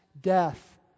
death